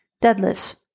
deadlifts